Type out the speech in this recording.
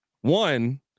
One